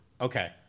Okay